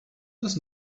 was